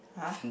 !huh!